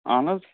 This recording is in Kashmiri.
اَہَن حظ